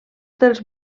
dels